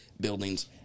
buildings